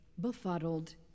befuddled